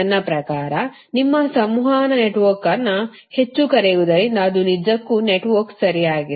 ನನ್ನ ಪ್ರಕಾರ ಮತ್ತು ನಿಮ್ಮ ಸಂವಹನ ನೆಟ್ವರ್ಕ್ಅನ್ನು ಹೆಚ್ಚು ಕರೆಯುವುದರಿಂದ ಅದು ನಿಜಕ್ಕೂ ನೆಟ್ವರ್ಕ್ ಸರಿಯಾಗಿದೆ